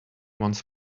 once